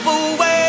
away